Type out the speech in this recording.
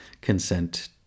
consent